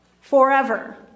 forever